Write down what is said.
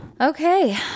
Okay